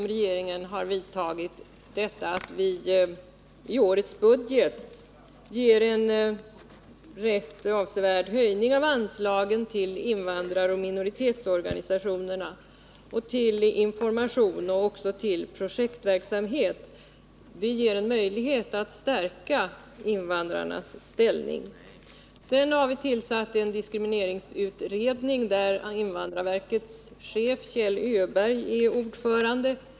Regeringens åtgärd att i årets budget rätt avsevärt höja anslagen till invandraroch minoritetsorganisationerna, till information och till projektverksamhet gör det möjligt att stärka invandrarnas ställning. Vi har också tillsatt en diskrimineringsutredning, där invandrarverkets chef Kjell Öberg är ordförande.